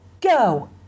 Go